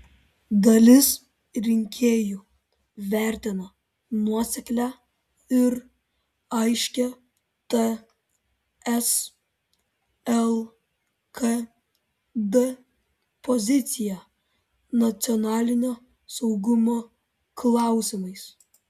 dalis rinkėjų vertina nuoseklią ir aiškią ts lkd poziciją nacionalinio saugumo klausimais